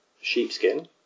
sheepskin